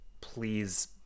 Please